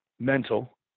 mental